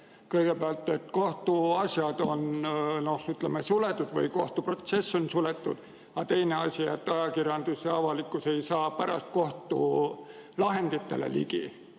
et kohtuasjad on suletud või kohtuprotsess on suletud. Teine asi on, et ajakirjandus ja avalikkus ei saa pärast kohtulahenditele ligi.